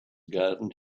garden